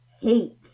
hate